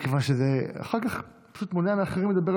מכיוון שזה אחר כך פשוט מונע מאחרים לדבר על